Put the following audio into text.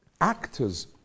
actor's